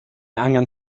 angan